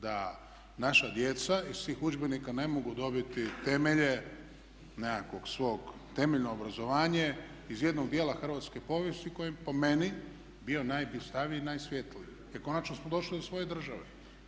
Da naša djeca iz tih udžbenika ne mogu dobiti temelje nekakvog svog temeljeno obrazovanje iz jednog dijela hrvatske povijesti koji bi po meni bio najblistaviji i najsvjetliji jer konačno smo došli do svoje države.